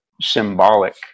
symbolic